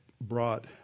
brought